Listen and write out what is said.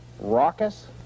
raucous